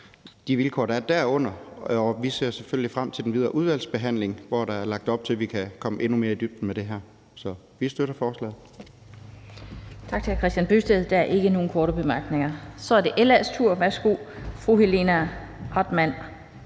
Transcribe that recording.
de vilkår, der hører under det. Vi ser selvfølgelig frem til den videre udvalgsbehandling, hvor der er lagt op til, at vi kan komme endnu mere i dybden med det her. Så vi støtter forslaget. Kl. 14:31 Den fg. formand (Annette Lind): Tak til hr. Kristian Bøgsted. Der er ikke nogen korte bemærkninger. Så er det LA's ordførers tur. Fru Helena Artmann